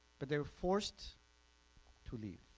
but they were forced to leave